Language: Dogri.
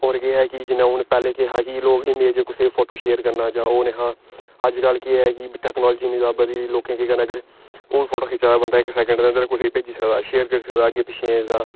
होर केह् ऐ कि जियां हून पैह्लें केह् हा कि लोक इमेज जां कुसैगी फोटो शेयर करना जां ओह् निहा अज्जकल केह् ऐ कि टैक्नोलजी इन्नी जादा बधी गेदी लोकें केह् करना कि हून फोटो खचाग ते इक सैकेंड दे अंदर कुसै गी भेजी सकदा शेयर करी सकदा अग्गें पिच्छें जां